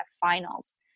finals